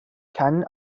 keinen